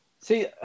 See